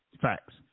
Facts